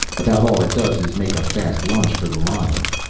about all it does is make a fast lunch for the lion.